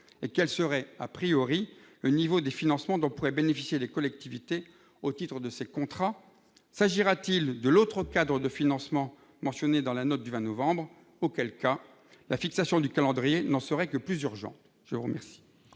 et quel serait le niveau de financement dont pourraient bénéficier les collectivités au titre de ces contrats ? S'agira-t-il de « l'autre cadre de financement » mentionné dans la note du 20 novembre ? Auquel cas, la fixation du calendrier n'en serait que plus urgente. La parole